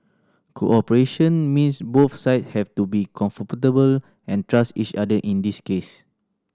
cooperation means both sides have to be comfortable and trust each other in this case